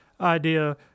idea